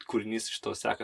kūrinys iš to seka